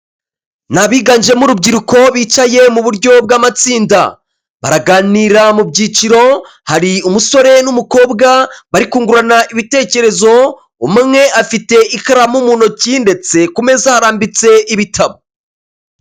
Ni abiganjemo urubyiruko bicaye mu buryo bw'amatsinda, baraganira mu byiciro. Hari umusore n'umukobwa bari kungurana ibitekerezo, umwe afite ikaramu mu ntoki ndetse ku meza harambitse ibitabo.